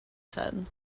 said